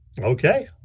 Okay